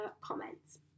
comments